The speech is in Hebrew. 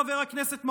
חבר הכנסת מעוז,